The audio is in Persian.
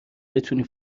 بتونی